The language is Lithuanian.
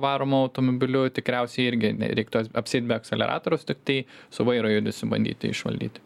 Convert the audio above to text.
varomu automobiliu tikriausiai irgi nereiktų apsieit be akseleratoriaus tiktai su vairo judesiu bandyti išvaldyti